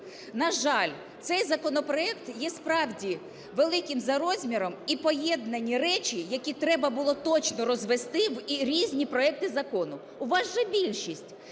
На жаль, цей законопроект є, справді, великим за розміром, і поєднані речі, які треба було точно розвести в різні проекти закону. У вас же більшість,